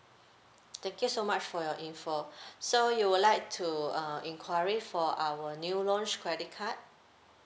thank you so much for your info so you would like to uh inquiry for our new launched credit card